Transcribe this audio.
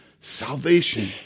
salvation